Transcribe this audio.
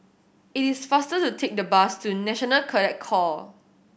it is faster to take the bus to National Cadet Corp